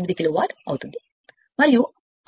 88 kilowatt సరైనది మరియు